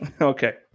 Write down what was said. Okay